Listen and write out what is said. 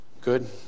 Good